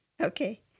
Okay